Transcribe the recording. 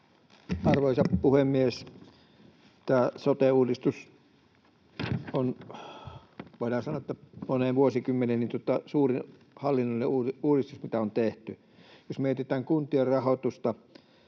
Arvoisa puhemies! Tämä sote-uudistus on, voidaan sanoa, moneen vuosikymmeneen suurin hallinnollinen uudistus, mitä on tehty. Jos mietitään kuntien rahoitusta,